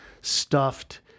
stuffed